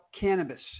cannabis